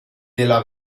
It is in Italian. della